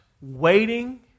waiting